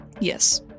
yes